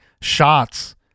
shots